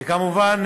וכמובן,